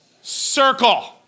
circle